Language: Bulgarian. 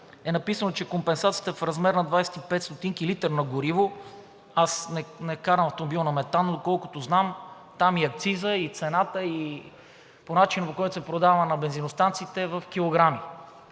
е написано, че компенсацията е в размер на 25 стотинки литър на гориво. Аз не карам автомобил на метан, но доколкото знам, там и акцизът, и цената, и начинът, по който се продава на бензиностанциите, е в килограми,